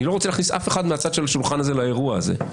אני לא רוצה להכניס אף אחד מהצד של השולחן הזה לאירוע הזה,